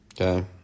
Okay